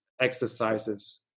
exercises